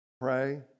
pray